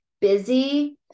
busy